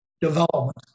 development